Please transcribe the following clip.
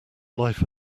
life